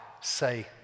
say